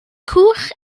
cwch